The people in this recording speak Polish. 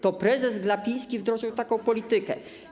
To prezes Glapiński wdrożył taką politykę.